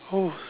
oh